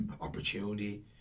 opportunity